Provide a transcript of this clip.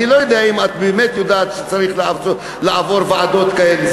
אני לא יודע אם את באמת יודעת שצריך לעבור ועדות כאלה,